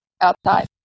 outside